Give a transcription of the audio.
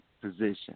position